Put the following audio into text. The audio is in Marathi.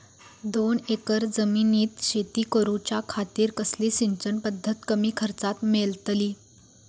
दोन एकर जमिनीत शेती करूच्या खातीर कसली सिंचन पध्दत कमी खर्चात मेलतली?